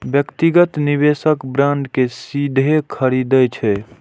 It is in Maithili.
व्यक्तिगत निवेशक बांड कें सीधे खरीदै छै